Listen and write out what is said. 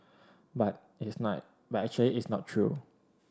but it's night but actually it's not true